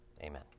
Amen